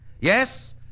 Yes